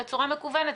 בצורה מקוונת,